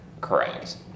Correct